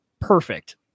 perfect